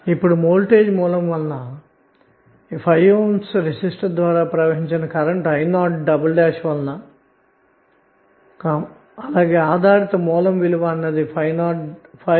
ఇప్పుడు voltage source వలన 5 Ohm resistance ద్వారా ప్రవహించిన కరెంటు i0 ఎలా పొందాలి